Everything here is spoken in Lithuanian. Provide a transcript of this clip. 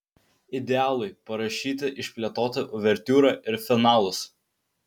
idealui parašyti išplėtota uvertiūra ir finalas